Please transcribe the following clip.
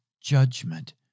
judgment